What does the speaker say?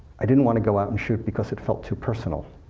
i didn't want to go out and shoot, because it felt too personal.